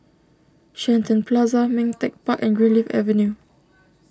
Shenton Plaza Ming Teck Park and Greenleaf Avenue